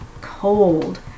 Cold